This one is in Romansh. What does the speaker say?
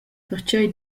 pertgei